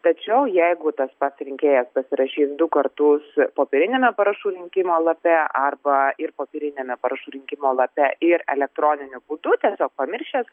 tačiau jeigu tas pats rinkėjas pasirašys du kartus popieriniame parašų rinkimo lape arba ir popieriniame parašų rinkimo lape ir elektroniniu būdu tiesiog pamiršęs